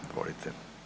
Izvolite.